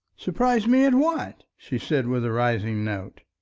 surprise me at what? she said with a rising note.